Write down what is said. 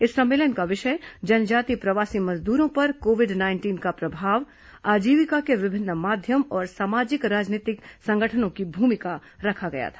इस सम्मेलन का विषय जनजातीय प्रवासी मजदूरों पर कोविड नाइंटीन का प्रभाव आजीविका के विभिन्न माध्यम और सामाजिक राजनीतिक संगठनों की भुमिका रखा गया था